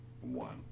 One